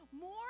more